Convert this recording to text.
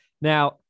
Now